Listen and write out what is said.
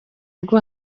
rwo